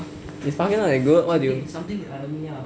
his parking not that good [what] do you